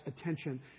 attention